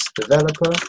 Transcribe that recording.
developer